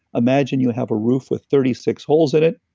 imagine you have a roof with thirty six holes in it,